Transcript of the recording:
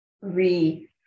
re